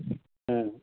ਹਮ